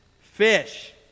fish